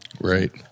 right